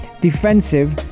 defensive